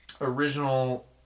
original